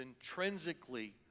intrinsically